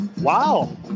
Wow